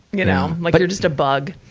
you know. like you're just a bug.